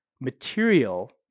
material